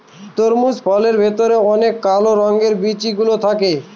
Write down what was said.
তরমুজ ফলের ভেতরে যে কালো রঙের বিচি গুলো থাকে